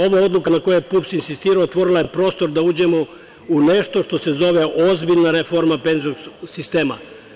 Ova odluka na kojoj je PUPS insistirao otvorila je prostor da uđemo u nešto što se zove ozbiljna reforma penzionog sistema.